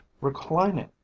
reclining